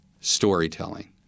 storytelling